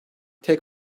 tek